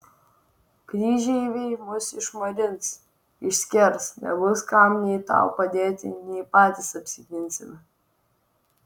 kryžeiviai mus išmarins ir išskers nebus kam nei tau padėti nei patys apsiginsime